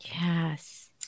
Yes